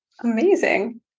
Amazing